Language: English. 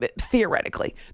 theoretically